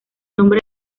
nombre